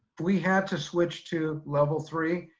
we had to switch to level three,